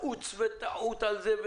תאוץ ותעוט על זה.